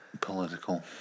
Political